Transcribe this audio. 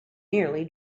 nearly